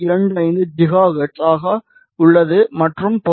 25 gigahertz ஆக உள்ளது மற்றும் பொருந்தும்